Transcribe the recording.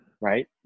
right